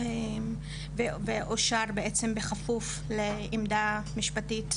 ואושר, בעצם, לכפוף לעמדה משפטית,